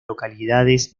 localidades